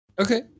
Okay